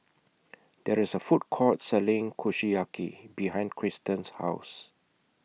There IS A Food Court Selling Kushiyaki behind Christen's House